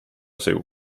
segu